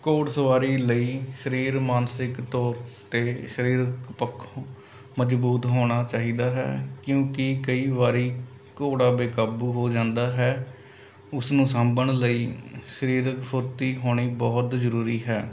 ਘੋੜ ਸਵਾਰੀ ਲਈ ਸਰੀਰ ਮਾਨਸਿਕ ਤੌਰ 'ਤੇ ਸਰੀਰਕ ਪੱਖੋਂ ਮਜ਼ਬੂਤ ਹੋਣਾ ਚਾਹੀਦਾ ਹੈ ਕਿਉਂਕਿ ਕਈ ਵਾਰੀ ਘੋੜਾ ਬੇਕਾਬੂ ਹੋ ਜਾਂਦਾ ਹੈ ਉਸਨੂੰ ਸਾਂਭਣ ਲਈ ਸਰੀਰਕ ਫੁਰਤੀ ਹੋਣੀ ਬਹੁਤ ਜ਼ਰੂਰੀ ਹੈ